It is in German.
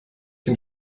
den